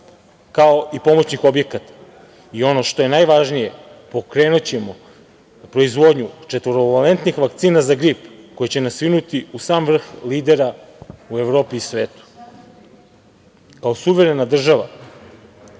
kao i pomoćnih objekata. Ono što je najvažnije pokrenućemo proizvodnju četvorovalentnih vakcina za grip, koji će nas vinuti u sam vrh lidera u Evropi. Kao suverena država